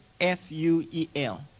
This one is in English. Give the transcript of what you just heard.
F-U-E-L